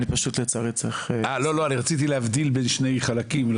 אני פשוט לצערי צריך --- אני פשוט רציתי להבדיל בין שני חלקים.